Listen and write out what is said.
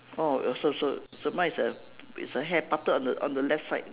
oh so so so mine is a is a hair parted on the on the left side